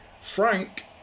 Frank